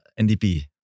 NDP